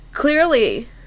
clearly